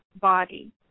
body